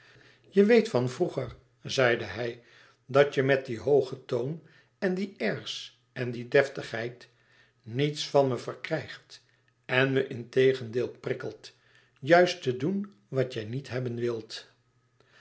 je weet van vroeger zeide hij dat je met dien hoogen toon en die airs en die deftigheid niets van me verkrijgt en me integendeel prikkelt juist te doen wat jij niet hebben wilt